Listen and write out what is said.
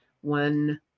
one